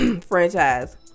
franchise